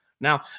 Now